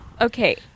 Okay